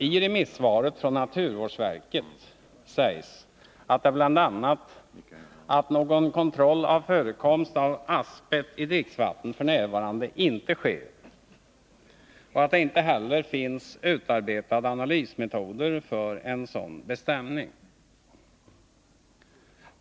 I remissvaret från naturvårdsverket sägs det bl.a. att någon kontroll av förekomst av asbest i dricksvatten f. n. inte sker och att det inte heller finns utarbetade analysmetoder för en sådan bestämning.